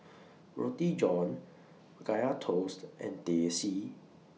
Roti John Kaya Toast and Teh C